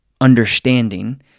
understanding